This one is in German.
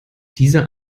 dieser